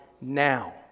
now